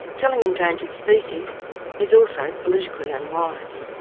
killing endangered species is also politically unwise.